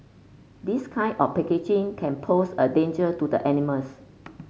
this kind of packaging can pose a danger to the animals